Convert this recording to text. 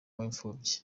w’imfubyi